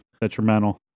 detrimental